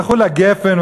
הלכו לגפן,